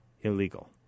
Illegal